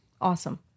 awesome